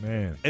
Man